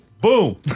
Boom